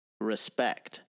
respect